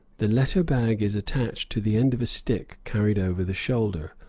the letter-bag is attached to the end of a stick carried over the shoulder,